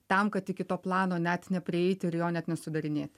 tam kad iki to plano net neprieiti ir jo net nesudarinėti